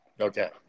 Okay